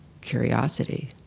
curiosity